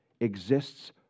exists